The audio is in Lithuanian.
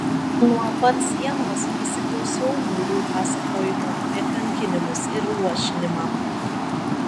nuo pat sienos prisiklausiau niūrių pasakojimų apie kankinimus ir luošinimą